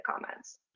comments